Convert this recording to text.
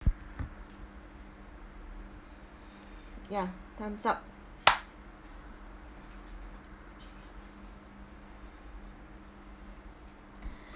ya thumbs up